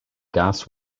gas